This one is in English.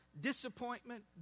Disappointment